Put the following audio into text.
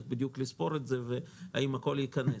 לספור את זה ולוודא שהכול ייכנס.